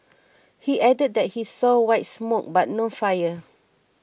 he added that he saw white smoke but no fire